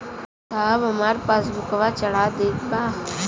साहब हमार पासबुकवा चढ़ा देब?